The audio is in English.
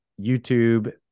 YouTube